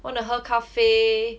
wanna 喝咖啡